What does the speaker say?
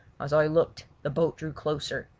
as i looked the boat drew closer,